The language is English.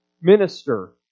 minister